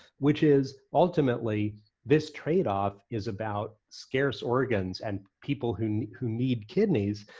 which is ultimately this trade off is about scarce organs and people who who need kidneys,